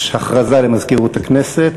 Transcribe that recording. יש הכרזה למזכירות הכנסת.